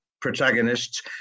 protagonists